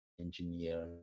engineer